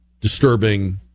disturbing